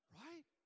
right